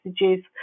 messages